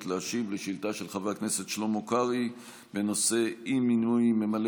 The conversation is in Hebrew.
ולהשיב על שאילתה של חבר הכנסת שלמה קרעי בנושא אי-מינוי ממלא